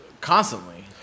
constantly